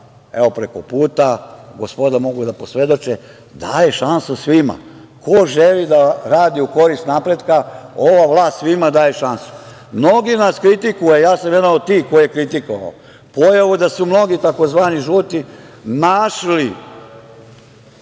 evo, preko puta, gospoda mogu da posvedoče, daje šansu svima. Ko želi da radi u korist napretka, ova vlast svima daje šansu. Mnogi kritikuju, a ja sam jedan od tih koji je kritikovao, pojavu da su mnogi tzv. žuti našli